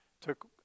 took